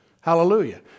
Hallelujah